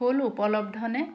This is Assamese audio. ফুল উপলব্ধ নে